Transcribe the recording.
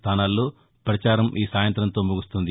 స్థానాల్లో పచారం ఈ సాయంతంతో ముగుస్తుంది